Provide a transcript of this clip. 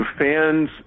fans